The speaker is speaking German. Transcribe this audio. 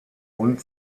und